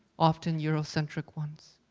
often eurocentric ones.